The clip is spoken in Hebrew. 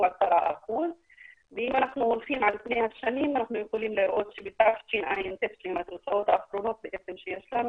שהוא 10%. על פני השנים אפשר לראות שתשע"ט התוצאות האחרונות שיש לנו